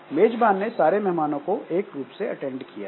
मेजबान ने सारे मेहमानों को एक रुप से अटेंड किया है